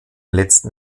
letzten